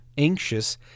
anxious